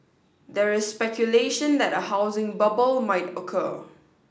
there is speculation that a housing bubble might occur